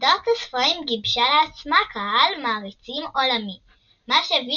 סדרת הספרים גיבשה לעצמה קהל מעריצים עולמי – מה שהביא